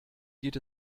geht